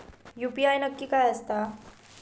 UPI नक्की काय आसता?